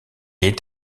est